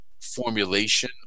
formulation